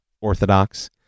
Orthodox